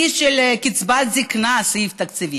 מהכיס של קצבת הזקנה, סעיף תקציבי,